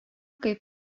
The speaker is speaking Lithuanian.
kaip